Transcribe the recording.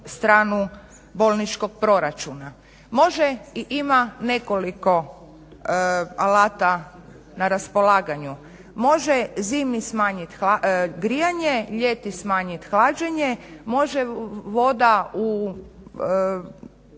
bolničkog proračuna. Može i ima nekoliko alata na raspolaganju. Može zimi smanjiti grijanje, ljeti smanjiti hlađenje, može voda u